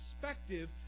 perspective